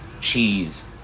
cheese